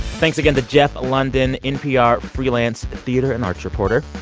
thanks again to jeff lunden, npr freelance theater and arts reporter.